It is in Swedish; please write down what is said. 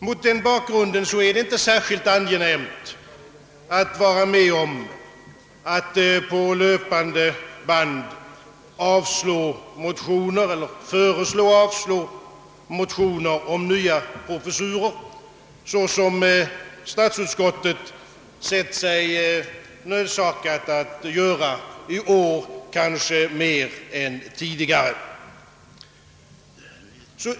Mot den bakgrunden är det inte särskilt angenämt att vara med om att på löpande band avstyrka motioner om nya professurer, såsom statsutskottet sett sig nödsakat att göra, i år kanske mer än tidigare.